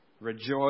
rejoice